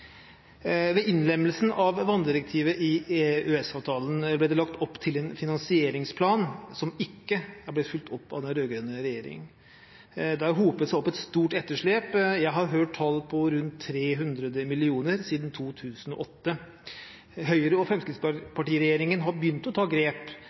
Ved innlemmelsen av vanndirektivet i EØS-avtalen ble det lagt opp til en finansieringsplan, som ikke er blitt fulgt opp av den rød-grønne regjeringen. Det har hopet seg opp et stort etterslep. Jeg har hørt tall på rundt 300 mill. kr siden 2008.